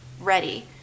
ready